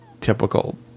typical